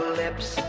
lips